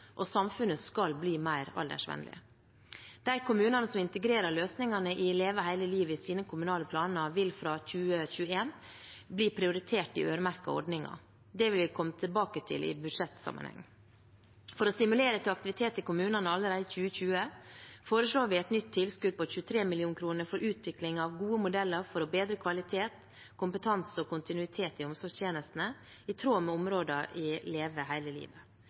og samfunnet skal bli mer aldersvennlig. De kommunene som integrerer løsningene i Leve hele livet i sine kommunale planer, vil fra 2021 bli prioritert i øremerkede ordninger. Det vil vi komme tilbake til i budsjettsammenheng. For å stimulere til aktivitet i kommunene allerede i 2020 foreslår vi et nytt tilskudd på 23 mill. kr for utvikling av gode modeller for bedre kvalitet, kompetanse og kontinuitet i omsorgstjenestene – i tråd med områdene i Leve hele livet.